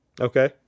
Okay